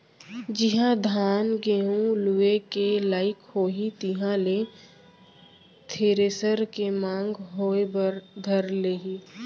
जिहॉं धान, गहूँ लुए के लाइक होही तिहां ले थेरेसर के मांग होय बर धर लेही